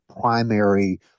primary